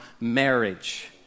marriage